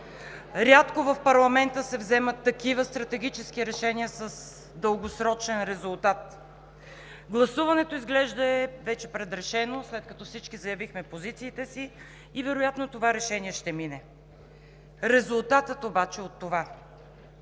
Рядко в парламента се вземат такива стратегически решения с дългосрочен резултат. Гласуването изглежда вече е предрешено, след като всички заявихме позициите си, и вероятно това решение ще мине. Резултатът обаче от това!